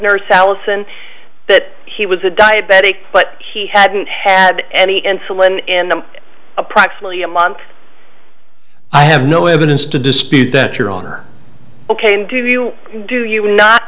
nurse allison that he was a diabetic but he hadn't had any insulin and them approximately a month i have no evidence to dispute that your honor ok md do you do you would not